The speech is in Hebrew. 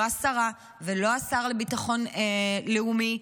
לא השרה ולא השר לביטחון לאומי,